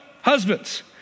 husbands